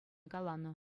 каланӑ